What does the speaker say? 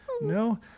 No